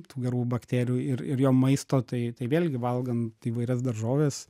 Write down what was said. tų gerų bakterijų ir ir jom maisto tai tai vėlgi valgant įvairias daržoves